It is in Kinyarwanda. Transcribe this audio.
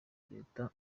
leta